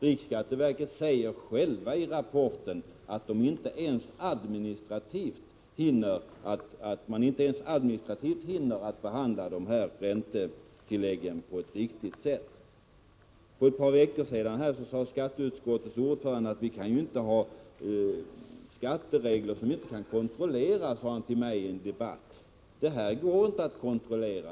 Riksskatteverket säger självt i sin rapport att man inte ens hinner med att på ett administrativt riktigt sätt behandla räntetilläggen. För ett par veckor sedan sade skatteutskottets ordförande till mig i en debatt här att vi inte kan ha skatteregler vars efterlevnad inte kan kontrolleras.